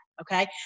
Okay